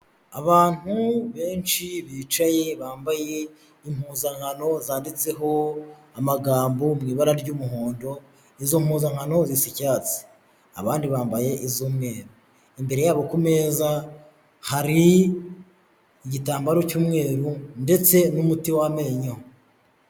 Abantu benshi bicaye, bambaye impuzankano zanditseho amagambo mu ibara ry'umuhondo, izo mpuzankano zisa icyatsi, abandi bambaye z'umweru, imbere yabo ku meza hari igitambaro cy'umweru ndetse n'umuti w'amenyo.